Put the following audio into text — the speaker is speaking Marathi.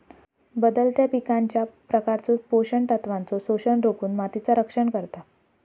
बदलत्या पिकांच्या प्रकारचो पोषण तत्वांचो शोषण रोखुन मातीचा रक्षण करता